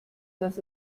dass